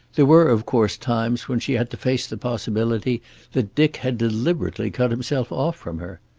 there were, of course, times when she had to face the possibility that dick had deliberately cut himself off from her.